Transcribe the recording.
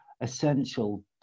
essential